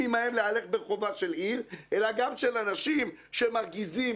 אלא גם של האיומים,